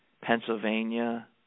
pennsylvania